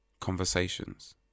conversations